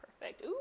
Perfect